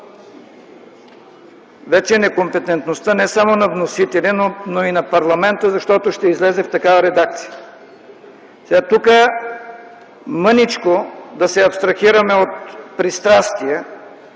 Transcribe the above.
форма некомпетентността вече не само на вносителя, но и на парламента, защото ще излезе в такава редакция. Тук мъничко да се абстрахираме от пристрастия